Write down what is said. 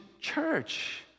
church